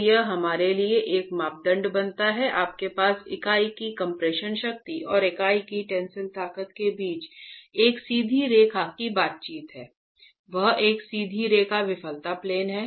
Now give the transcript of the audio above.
तो यह हमारे लिए एक मापदंड बनाता है आपके पास इकाई की कम्प्रेशन शक्ति और इकाई की टेंसिल ताकत के बीच एक सीधी रेखा की बातचीत है वह एक सीधी रेखा विफलता प्लेन है